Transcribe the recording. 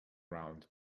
round